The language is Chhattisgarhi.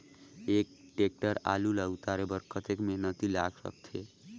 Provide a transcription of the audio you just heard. एक टेक्टर आलू ल उतारे बर कतेक मेहनती लाग सकथे?